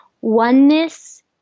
oneness